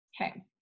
Okay